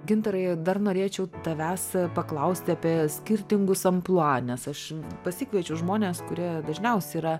gintarai dar norėčiau tavęs paklausti apie skirtingus amplua nes aš pasikviečiu žmones kurie dažniausiai yra